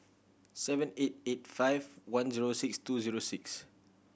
seven eight eight five one zero six two zero six